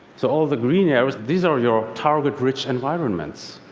so all of the green areas, these are your target-rich environments.